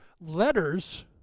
letters